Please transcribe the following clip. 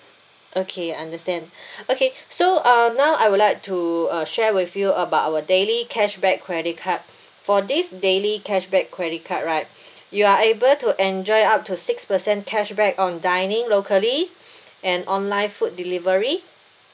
okay understand okay so uh now I would like to uh share with you about our daily cashback credit card for this daily cashback credit card right you are able to enjoy up to six per cent cashback on dining locally and online food delivery